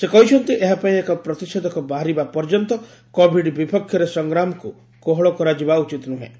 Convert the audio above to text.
ସେ କହିଛନ୍ତି ଏହା ପାଇଁ ଏକ ପ୍ରତିଷେଧକ ବାହାରିବା ପର୍ଯ୍ୟନ୍ତ କୋବିଡ୍ ବିପକ୍ଷରେ ସଂଗ୍ରାମକୁ କୋହଳ କରାଯିବା ଉଚିତ୍ ନୁହେଁ